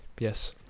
Yes